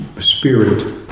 spirit